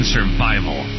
Survival